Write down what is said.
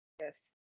Yes